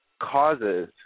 causes